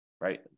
right